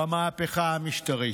במהפכה המשטרית.